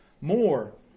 more